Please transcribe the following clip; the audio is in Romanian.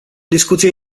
discuție